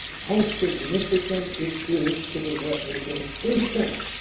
how significant it is to the representation